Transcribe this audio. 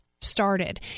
started